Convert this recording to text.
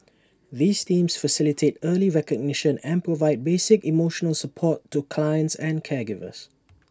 these teams facilitate early recognition and provide basic emotional support to clients and caregivers